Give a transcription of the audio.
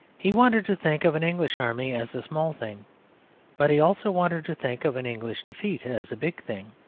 he wanted to think of an english army as a small thing but he also wanted to think of an english defeat as a big thing.